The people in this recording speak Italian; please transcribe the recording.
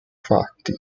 fatti